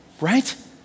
right